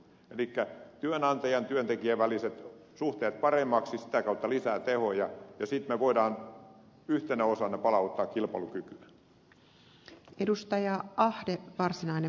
elikkä työnantajan ja työntekijän väliset suhteet paremmiksi sitä kautta lisää tehoja ja sitten me voimme yhtenä osana palauttaa kilpailukykyä